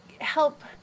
help